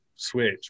switch